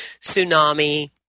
tsunami